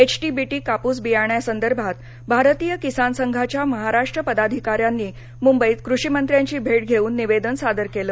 HT BT कापूस बियाण्यांसंदर्भात भारतीय किसान संघाच्या महाराष्ट्र पदाधिकाऱ्यांनी मुंबईत कृषिमंत्र्यांची भेट घेऊन निवेदन सादर केलं